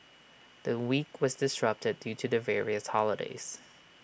the week was disrupted due to the various holidays